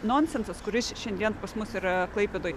nonsensas kuris šiandien pas mus yra klaipėdoj